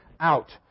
Out